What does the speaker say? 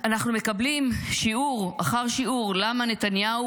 אנחנו מקבלים שיעור אחר שיעור למה נתניהו